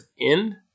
end